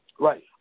Right